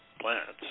plants